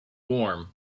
warm